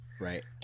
right